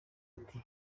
ati